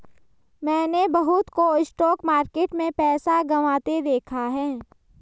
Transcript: मैंने बहुतों को स्टॉक मार्केट में पैसा गंवाते देखा हैं